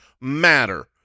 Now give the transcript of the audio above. matter